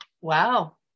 wow